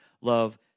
love